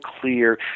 clear